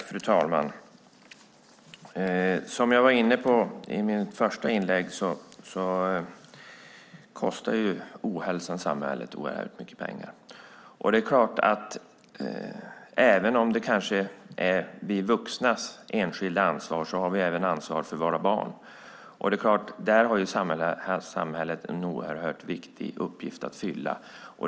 Fru talman! Som jag var inne på i mitt första inlägg kostar ohälsan mycket pengar för samhället. Även om det kanske är vårt enskilda ansvar som vuxna har vi också ansvar för våra barn. Där har samhället en oerhört viktig uppgift att fylla.